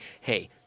hey